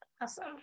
Awesome